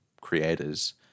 creators